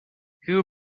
who